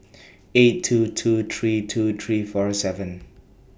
eight two two three two three four seven